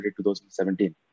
2017